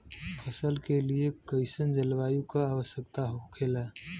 फसल के लिए कईसन जलवायु का आवश्यकता हो खेला?